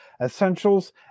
essentials